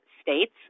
states